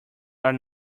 are